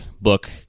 book